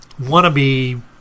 wannabe